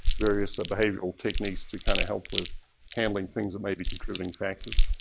various behavioral techniques to kind of help with handling things that may be contributing factors.